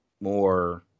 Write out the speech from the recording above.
more